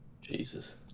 Jesus